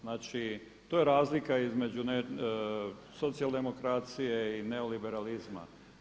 Znači, to je razlika između socijaldemokracije i neoliberalizma.